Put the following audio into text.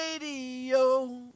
radio